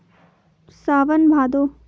सावन भादो